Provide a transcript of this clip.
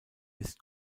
ist